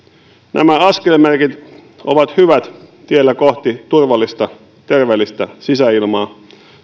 nämä askelmerkit ovat hyvät tiellä kohti turvallista terveellistä sisäilmaa